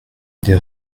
des